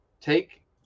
take